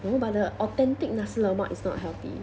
no but the authentic nasi lemak is not healthy